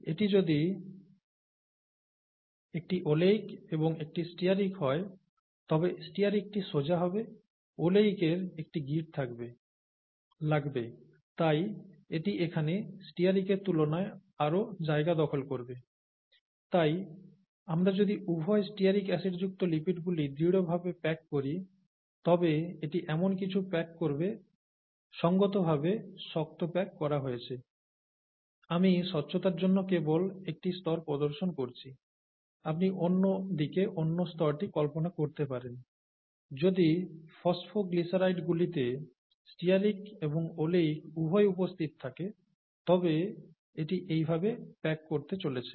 এটি যদি একটি ওলেইক এবং একটি স্টিয়ারিক হয় তবে স্টিয়ারিকটি সোজা হবে ওলেইকের একটি গিঁট লাগবে তাই এটি এখানে স্টিয়ারিকের তুলনায় আরও জায়গা দখল করবে তাই আমরা যদি উভয় স্টিয়ারিক অ্যাসিডযুক্ত লিপিডগুলি দৃঢ়ভাবে প্যাক করি তবে এটি এমন কিছু প্যাক করবে সঙ্গতভাবে শক্ত প্যাক করা হয়েছে আমি স্বচ্ছতার জন্য কেবল একটি স্তর প্রদর্শন করছি আপনি অন্য দিকে অন্য স্তরটি কল্পনা করতে পারেন যদি ফসফোগ্লিসারাইডগুলিতে স্টিয়ারিক এবং ওলেইক উভয় উপস্থিত থাকে তবে এটি এইভাবে প্যাক করতে চলেছে